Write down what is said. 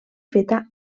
feta